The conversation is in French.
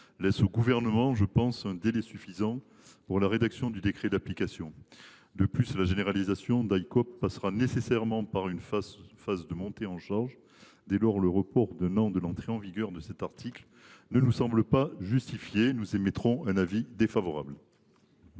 laisse au Gouvernement un délai suffisant pour rédiger le décret d’application. De plus, la généralisation d’Icope passera nécessairement par une phase de montée en charge. Dès lors, le report d’un an de l’entrée en vigueur de cet article ne semble pas justifié. La commission émet un avis défavorable